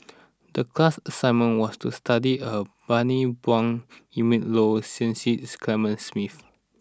the class assignment was to study Bani Buang Willin Low and Cecil Clementi Smith